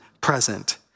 present